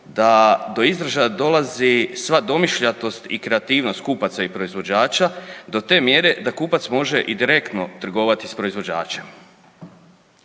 da do izražaja dolazi sva domišljatost i kreativnost kupaca i proizvođača do te mjere da kupac može i direktno trgovati s proizvođačem.